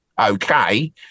okay